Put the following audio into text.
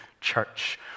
church